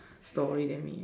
story than me